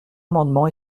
amendement